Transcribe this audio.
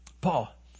paul